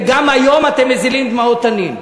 וגם היום אתם מזילים דמעות תנין,